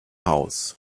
house